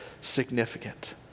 significant